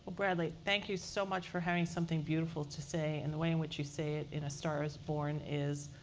bradley, thank you so much for having something beautiful to say. and the way in which you say it in a star is born is